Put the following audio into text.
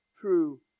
true